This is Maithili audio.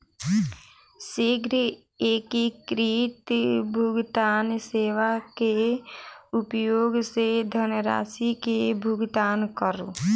शीघ्र एकीकृत भुगतान सेवा के उपयोग सॅ धनरशि के भुगतान करू